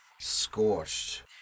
Scorched